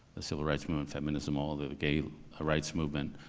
the civil rights movement, feminism, all the gay ah rights movement,